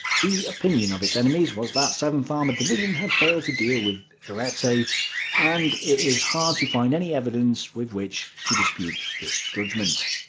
the opinion of its enemies was that seventh armoured division had failed to deal with ariete, and it is hard to find any evidence with which to dispute this judgement.